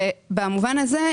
במובן הזה,